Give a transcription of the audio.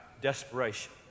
desperation